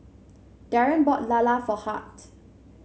Daren bought lala for Hart